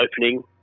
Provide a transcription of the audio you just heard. opening